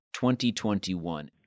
2021